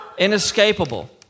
Inescapable